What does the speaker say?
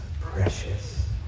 precious